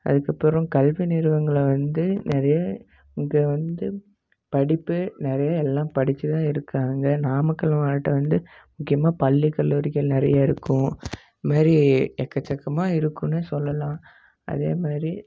அதுக்கப்புறம் கல்வி நிறுவனங்களை வந்து நிறைய இங்கே வந்து படிப்பு நிறைய எல்லாம் படித்து தான் இருக்காங்க நாமக்கல் மாவட்டம் வந்து முக்கியமாக பள்ளி கல்லூரிகள் நிறையா இருக்கும் இது மாரி எக்கசக்கமாக இருக்குதுன்னே சொல்லலாம் அதே மாதிரி